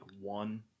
one